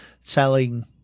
selling